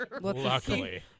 Luckily